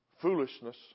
foolishness